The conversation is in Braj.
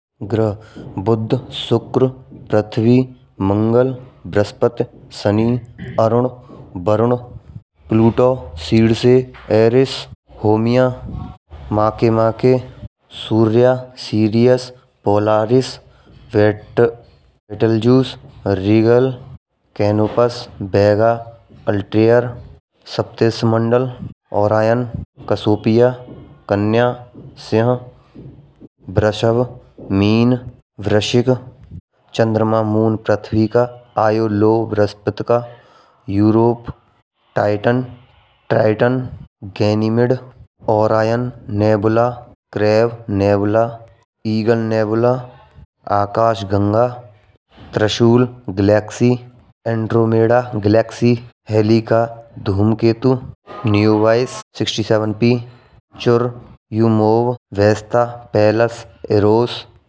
ग्रह बुध, शुक्र, पृथ्वी मंगल, बृहस्पति, शनि, अरुण, वरुण प्लूटो शीद से पेरिस। होमिया मा के मा के सूर्य, Sirius, Polaris, Betelgeuse, Rigel Canopus Vega Altair. सप्तेश मंडल ओरियन कसोफिया कन्या सिंह। वृषभ, मीन, वृश्चिक चंद्रमा मून पृथ्वी का आयो लो बृहस्पति का। यूरोप टाइटन का टाइटन गैनिमीड। प्रियान nebula crab nebula eagle nebula. आकाश गंगा त्रिशूल गैलेक्सी एंड्रोमेडा गैलेक्सी हेले का धूमकेतु। न्यू बाइस सड़सठ पी चूर योवर व्यास्था, पेलास और इरोस।